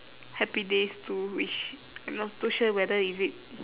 happy days too which I'm not too sure whether is it